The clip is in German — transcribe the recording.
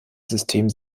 system